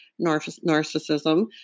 narcissism